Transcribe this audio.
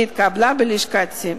שהתקבלה בלשכתי.